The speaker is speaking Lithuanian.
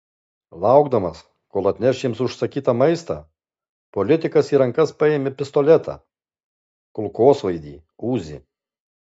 laukdamas kol atneš jiems užsakytą maistą politikas į rankas paėmė pistoletą kulkosvaidį uzi